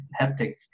haptics